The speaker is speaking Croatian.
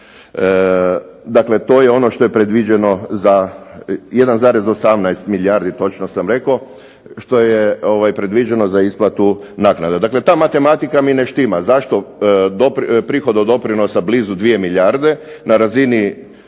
Dakle, to je ono što je predviđeno za 1,18 milijardi točno sam rekao što je predviđeno za isplatu naknada. Dakle, ta matematika mi ne štima. Zašto prihod od doprinosa blizu 2 milijarde na razini